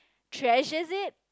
treasures it